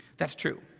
that's true,